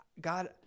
God